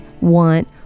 want